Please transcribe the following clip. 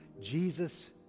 Jesus